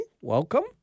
Welcome